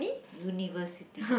university